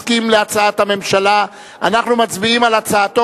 הוסבר להם בנוגע לקיומן של התרעות על אפשרות להפרות סדר